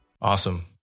Awesome